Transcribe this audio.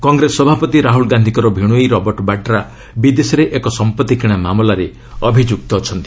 କଂଗ୍ରେସ ସଭାପତି ରାହୁଲ୍ ଗାନ୍ଧିଙ୍କର ଭିଣୋଇ ରବର୍ଟ ବାଡ୍ରା ବିଦେଶରେ ଏକ ସମ୍ପର୍ତି କିଣା ମାମଲାରେ ଅଭିଯୁକ୍ତ ଅଛନ୍ତି